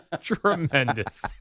Tremendous